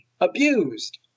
abused